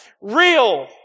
real